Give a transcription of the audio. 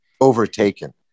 overtaken